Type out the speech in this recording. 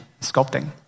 sculpting